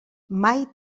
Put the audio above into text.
mai